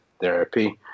therapy